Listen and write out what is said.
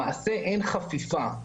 למעשה אין חפיפה,